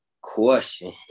question